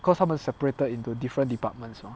because 她们 separated into different departments ah